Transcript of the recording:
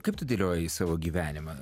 kaip tu dėlioji savo gyvenimą